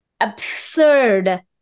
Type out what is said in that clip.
absurd